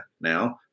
now